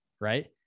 right